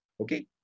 Okay